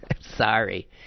Sorry